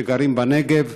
שגרים בנגב,